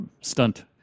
stunt